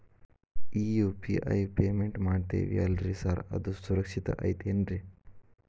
ಈ UPI payment ಮಾಡ್ತೇವಿ ಅಲ್ರಿ ಸಾರ್ ಅದು ಸುರಕ್ಷಿತ್ ಐತ್ ಏನ್ರಿ?